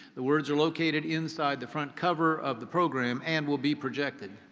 the words are located inside the front cover of the program and will be projected.